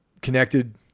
connected